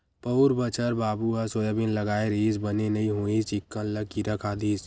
पउर बछर बाबू ह सोयाबीन लगाय रिहिस बने नइ होइस चिक्कन ल किरा खा दिस